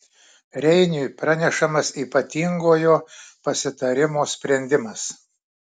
reiniui pranešamas ypatingojo pasitarimo sprendimas